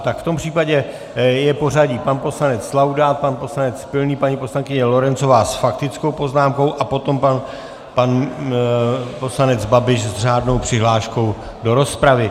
Tak v tom případě je pořadí pan poslanec Laudát, pan poslanec Pilný, paní poslankyně Lorencová s faktickou poznámkou a potom pan poslanec Babiš s řádnou přihláškou do rozpravy.